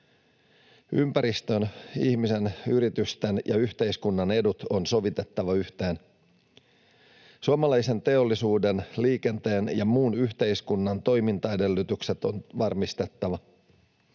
Ympäristön, ihmisen, yritysten ja yhteiskunnan edut on sovitettava yhteen. Suomalaisen teollisuuden, liikenteen ja muun yhteiskunnan toimintaedellytykset on varmistettava.